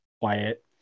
quiet